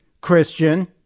Christian